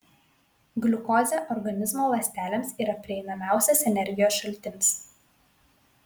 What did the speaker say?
gliukozė organizmo ląstelėms yra prieinamiausias energijos šaltinis